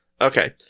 okay